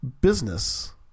business